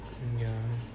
mm ya ah